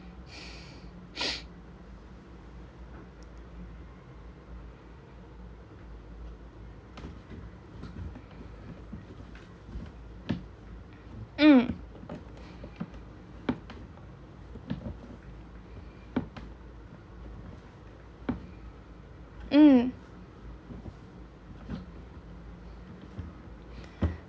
mm mm